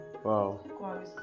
Wow